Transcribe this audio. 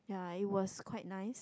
ya it was quite nice